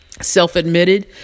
Self-admitted